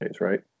right